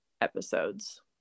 episodes